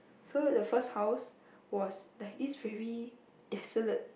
so the first house was this very desolate